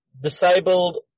disabled